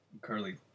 Curly